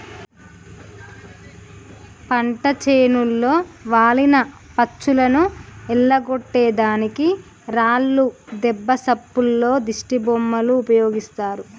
పంట చేనులో వాలిన పచ్చులను ఎల్లగొట్టే దానికి రాళ్లు దెబ్బ సప్పుల్లో దిష్టిబొమ్మలు ఉపయోగిస్తారు